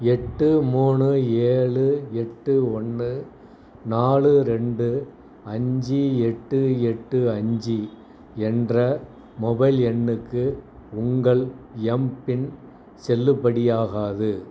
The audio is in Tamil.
எட்டு மூணு ஏழு எட்டு ஒன்று நாலு ரெண்டு அஞ்சு எட்டு எட்டு அஞ்சு என்ற மொபைல் எண்ணுக்கு உங்கள் எம்பின் செல்லுபடியாகாது